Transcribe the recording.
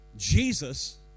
Jesus